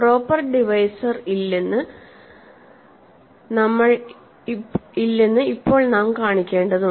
proper divisor ഇല്ലെന്ന് ഇപ്പോൾ നാം കാണിക്കേണ്ടതുണ്ട്